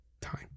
time